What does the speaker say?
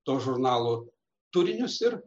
to žurnalo turinius ir